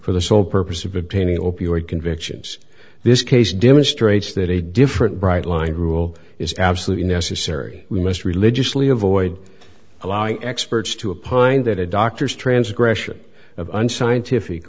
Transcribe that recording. for the sole purpose of obtaining opioid convictions this case demonstrates that a different bright line rule is absolutely necessary we must religiously avoid allowing experts to a pine that a doctor's transgression of unscientific